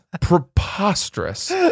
preposterous